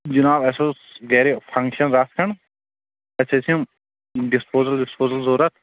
جناب اَسہِ اوس گرِ فنٛکشن رَژھ کھنٛڈ اَسہِ ٲسۍ یم ڈِسپوزل وِسپوزل ضرَوٗرت